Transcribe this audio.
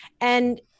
And-